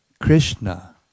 Krishna